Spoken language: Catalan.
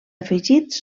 afegits